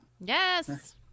Yes